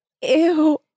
ew